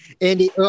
Andy